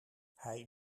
hij